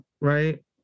right